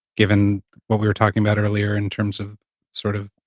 given what we were talking about earlier in terms of sort of